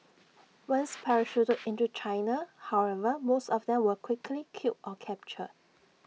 once parachuted into China however most of them were quickly killed or captured